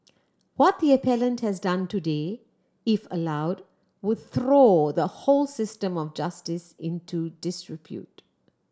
what the appellant has done today if allowed would throw the whole system of justice into disrepute